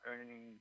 earning